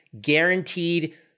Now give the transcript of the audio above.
guaranteed